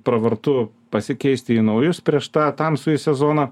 pravartu pasikeisti į naujus prieš tą tamsųjį sezoną